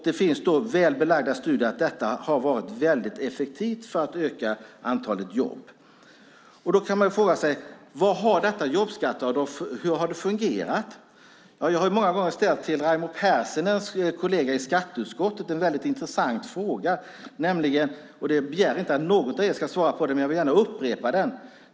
Det finns väl belagda studier som visar att detta har varit väldigt effektivt för att öka antalet jobb. Då kan man fråga sig: Hur har detta jobbskatteavdrag fungerat? Jag har många gånger ställt en väldigt intressant fråga till Raimo Pärssinens kolleger i skatteutskottet som jag gärna vill upprepa, även om jag inte begär att någon av er ska svara på den.